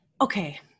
Okay